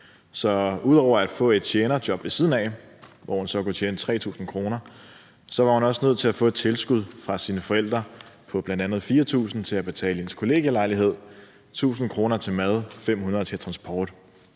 Så ud over at få et tjenerjob ved siden af, hvor hun så kunne tjene 3.000 kr., var hun også nødt til at få et tilskud fra sine forældre på bl.a. 4.000 kr. til at betale sin kollegielejlighed, 1.000 kr. til mad og 500 kr. til transport.